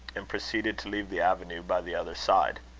and proceeded to leave the avenue by the other side.